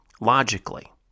logically